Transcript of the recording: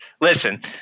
listen